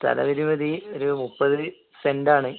സ്ഥല പരിമിതി ഒരു മുപ്പത് സെൻറ്റാണ്